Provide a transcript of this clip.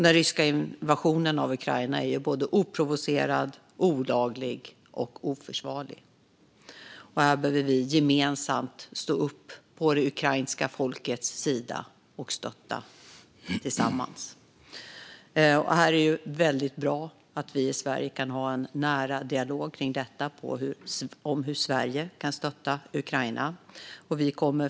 Den ryska invasionen av Ukraina är både oprovocerad, olaglig och oförsvarlig, och vi behöver gemensamt stå upp på det ukrainska folkets sida och stötta tillsammans. Det är bra att vi i Sverige kan ha en nära dialog om hur Sverige kan stötta Ukraina.